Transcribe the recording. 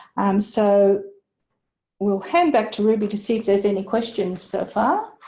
um so we'll hand back to ruby to see if there's any questions so far.